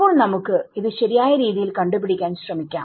ഇപ്പോൾ നമുക്ക് ഇത് ശരിയായ രീതിയിൽ കണ്ട് പിടിക്കാൻ ശ്രമിക്കാം